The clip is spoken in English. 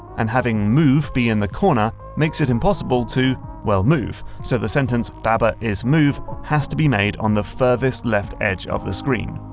and having move be in the corner makes it impossible to, well, move, so the sentence baba is move has to be made on the furthest left edge of the screen.